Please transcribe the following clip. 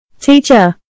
Teacher